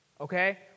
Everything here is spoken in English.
okay